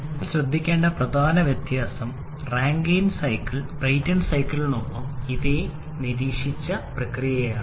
നിങ്ങൾ ശ്രേദ്ധിക്കേണ്ട പ്രധാന വ്യത്യാസം റാങ്കൈൻ സൈക്കിൾ ബ്രെയിറ്റൺ സൈക്കിളിനൊപ്പം ഇപ്പോൾ നിരീക്ഷിച്ച പ്രക്രിയ ആണ്